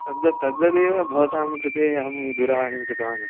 तद्वत् तद्वदेव भवतां कृते अहं दूरवाणीं कृतवान् अस्मि